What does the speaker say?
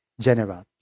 general